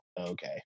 okay